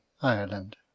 Ireland